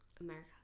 America